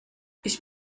ich